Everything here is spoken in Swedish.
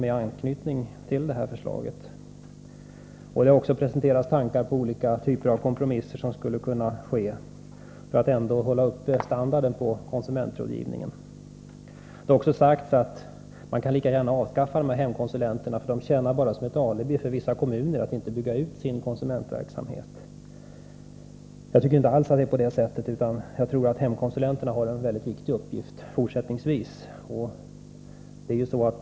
Det har också presenterats tankar på olika typer av kompromisser som man skulle kunna göra för att ändå hålla uppe standarden på konsumentrådgivningen. Det har även sagts att man lika gärna kan avskaffa hemkonsulenterna eftersom de bara tjänar som ett alibi för vissa kommuner att inte bygga ut sin konsumentverksamhet. Jag tycker inte alls att det är på det sättet, utan jag tror att hemkonsulenterna fortsättningsvis har en | mycket viktig uppgift.